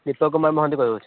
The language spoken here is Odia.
ବିଶ୍ୱ କୁମାର ମହାନ୍ତି କହିବ ଅଛି